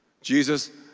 Jesus